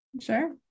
Sure